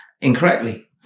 incorrectly